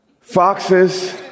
foxes